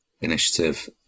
initiative